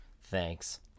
Thanks